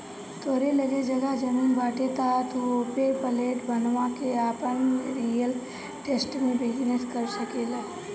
तोहरी लगे जगह जमीन बाटे तअ तू ओपे फ्लैट बनवा के आपन रियल स्टेट में बिजनेस कर सकेला